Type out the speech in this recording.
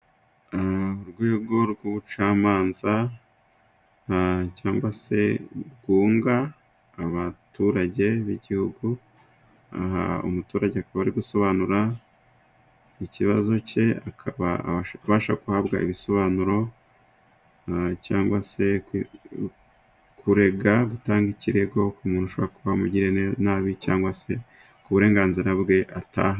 Urwego rw'ubucamanza cyangwa se rwunga abaturage b'igihugu, aha umuturage akaba ari gusobanura ikibazo cye, akaba abasha guhabwa ibisobanuro cyangwa se kurega, gutanga ikirego k'umuntu, ushobora kuba yaramugiriye nabi cyangwa se ku burenganzira bwe ata....